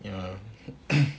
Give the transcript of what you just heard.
ya lah